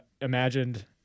imagined